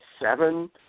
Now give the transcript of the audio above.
seven